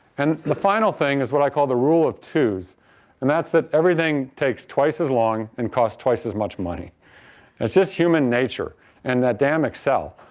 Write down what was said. and the final thing is what i call the rule of two's and that's that everything takes twice as long and costs twice as much money. it's just human nature and that damn excel.